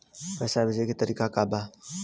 पैसा भेजे के तरीका का बा?